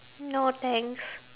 no thanks